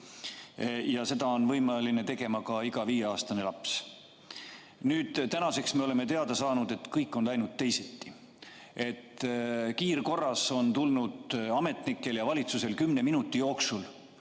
ja neid on võimeline tegema ka iga viieaastane laps. Tänaseks me oleme teada saanud, et kõik on läinud teisiti. Kiirkorras on tulnud ametnikel ja valitsusel kümne minuti jooksul